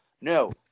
No